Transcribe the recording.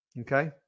Okay